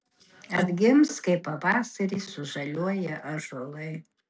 atgims kaip pavasarį sužaliuoja ąžuolai